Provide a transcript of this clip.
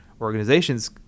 organizations